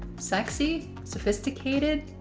sexy? sophisticated?